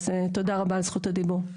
אז תודה רבה על זכות הדיבור.